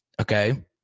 okay